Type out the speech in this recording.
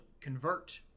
convert